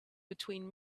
between